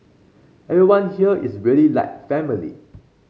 everyone here is really like family